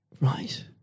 Right